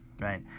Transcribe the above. right